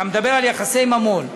אתה מדבר על יחסי ממון,